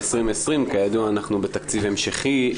ב-2020 כידוע אנחנו בתקציב המשכי,